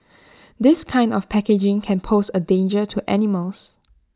this kind of packaging can pose A danger to animals